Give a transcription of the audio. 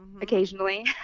Occasionally